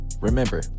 Remember